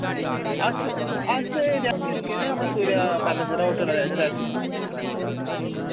अस अस एह् रियासी रुके दे आं अपना सूर्या पैलेस जेह्ड़ा होटल ऐ रियासी